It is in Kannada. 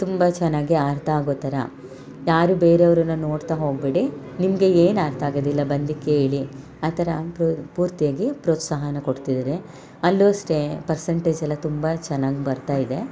ತುಂಬ ಚೆನ್ನಾಗಿ ಅರ್ಥ ಆಗೋ ಥರ ಯಾರೂ ಬೇರೆಯವ್ರನ್ನ ನೋಡ್ತಾ ಹೋಗಬೇಡಿ ನಿಮಗೆ ಏನು ಅರ್ಥ ಆಗೋದಿಲ್ಲ ಬಂದು ಕೇಳಿ ಆ ಥರ ಅಂದು ಪೂರ್ತಿಯಾಗಿ ಪ್ರೋತ್ಸಾಹನ ಕೊಡ್ತಿದ್ದಾರೆ ಅಲ್ಲೂ ಅಷ್ಟೇ ಪರ್ಸಂಟೇಜ್ ಎಲ್ಲ ತುಂಬ ಚೆನ್ನಾಗಿ ಬರ್ತಾ ಇದೆ